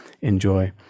enjoy